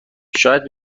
شاید